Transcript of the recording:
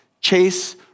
chase